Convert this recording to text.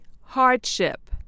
Hardship